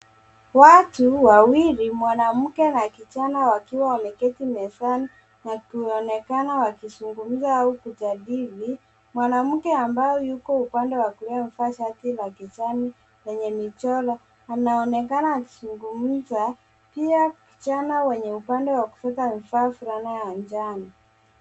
Watu wawili, mwanamke na kijana wakiwa wameketi mezani na kuonekana wakizungumza au kujadili. Mwanamke ambaye yuko upande wa kulia amevaa shati la kijani yenye michoro. Anaonekana akizungumza. Pia kijana wenye upande wa kushoto amevaa fulana ya njano.